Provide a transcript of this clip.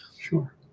Sure